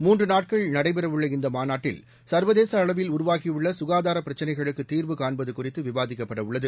மூன்று நாட்கள் நடைபெற உள்ள இந்த மாநாட்டில் சா்வதேச அளவில் உருவாகியுள்ள சுகாதார பிரச்சினைகளுக்கு தீர்வு காண்பது குறித்து விவாதிக்கப்பட உள்ளது